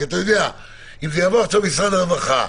כי אם זה יבוא למשרד הרווחה,